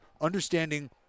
understanding